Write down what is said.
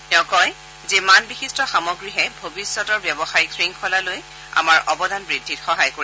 তেওঁ লগতে কয় যে মান বিশিষ্ট সামগ্ৰীহে ভৱিষ্যতৰ ব্যৱসায়ীক শৃংখলালৈ আমাৰ অৱদান বৃদ্ধিত সহায় কৰিব